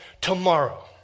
tomorrow